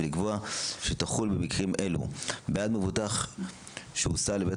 ולקבוע שתחול במקרים אלו: 1. בעד מבוטח שהוסע לבית